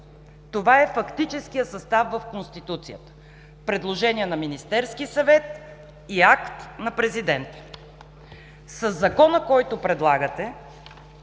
Това е фактическият състав в Конституцията – предложение на Министерския съвет и акт на президента. Със Закона, който предлагате,